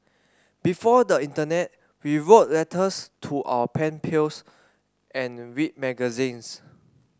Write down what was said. before the internet we wrote letters to our pen pals and read magazines